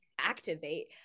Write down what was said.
activate